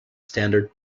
standard